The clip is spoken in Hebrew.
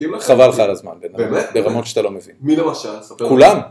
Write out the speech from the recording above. חבל לך על הזמן, באמת? ברמות שאתה לא מבין. מי למשל? ספר לנו. כולם.